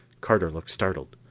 carter looked startled.